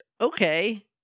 Okay